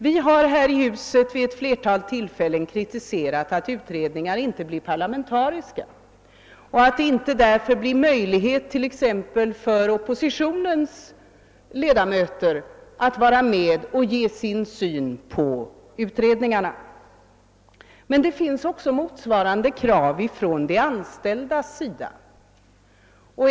Vi har här i huset vid ett flertal tillfällen kritiserat att utredningar inte blir parlamentariskt sammansatta och att det därför inte är möjligt exempelvis för oppositionen att ange sin syn på problemen. Motsvarande krav har rests också av de anställda.